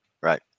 Right